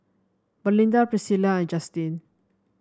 Melinda Priscila and Justine